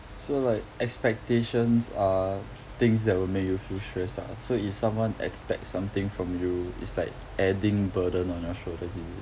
so like expectations are things that will make you feel stressed ah so if someone expects something from you it's like adding burden on your shoulders is it